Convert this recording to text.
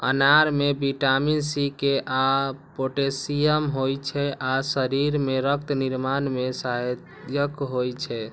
अनार मे vitamin C, के आ पोटेशियम होइ छै आ शरीर मे रक्त निर्माण मे सहायक होइ छै